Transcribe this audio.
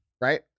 Right